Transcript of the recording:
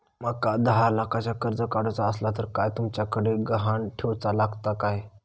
माका दहा लाखाचा कर्ज काढूचा असला तर काय तुमच्याकडे ग्हाण ठेवूचा लागात काय?